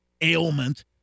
ailment